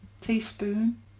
Teaspoon